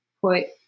put